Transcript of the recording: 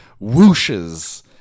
whooshes